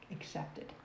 accepted